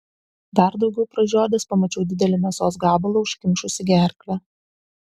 dar daugiau pražiodęs pamačiau didelį mėsos gabalą užkimšusį gerklę